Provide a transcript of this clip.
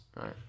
Right